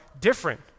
different